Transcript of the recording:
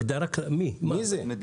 מי זה?